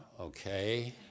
Okay